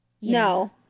no